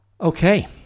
Okay